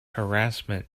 harassment